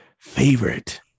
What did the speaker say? favorite